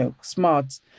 smart